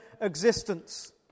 ...existence